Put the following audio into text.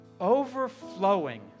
overflowing